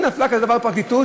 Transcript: אם נפל דבר כזה בפרקליטות,